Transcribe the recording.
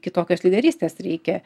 kitokios lyderystės reikia